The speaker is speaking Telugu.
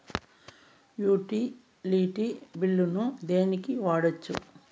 యుటిలిటీ బిల్లులను దేనికి వాడొచ్చు?